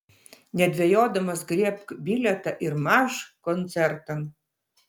nedvejodamas griebk bilietą ir marš koncertan